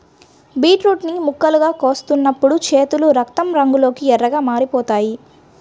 beetroot ని ముక్కలుగా కోస్తున్నప్పుడు చేతులు రక్తం రంగులోకి ఎర్రగా మారిపోతాయి